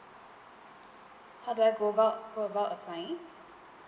how do I go about go about applying